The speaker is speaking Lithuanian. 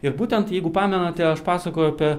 ir būtent jeigu pamenate aš pasakojau apie